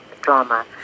drama